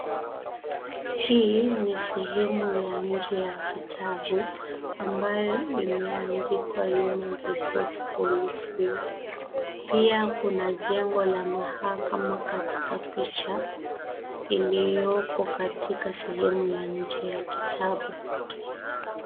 Hii ni sehemu ya nje ya kitabu ambayo imeandikwa human resource policies , pia kuna jengo la mahakama katika picha iliyoko katika sehemu ya nje ya kitabu hiki.